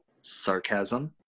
sarcasm